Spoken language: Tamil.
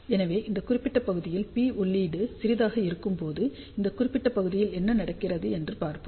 எனவே இந்தக் குறிப்பிட்ட பகுதியில் P உள்ளீடு சிறியதாக இருக்கும்போது இந்த குறிப்பிட்ட பகுதியில் என்ன நடக்கிறது என்று பார்ப்போம்